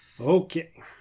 Okay